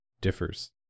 differs